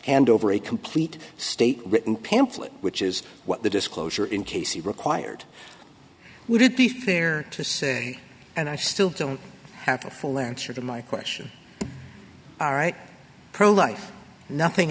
and over a complete state written pamphlet which is what the disclosure in casey required would it be fair to say and i still don't have a full lancer to my question right pro life nothing